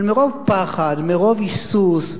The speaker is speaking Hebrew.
אבל מרוב פחד, מרוב היסוס,